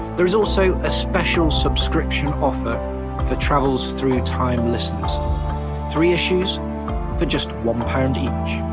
there is also a special subscription offer for travels through time listeners three issues for just one pounds each.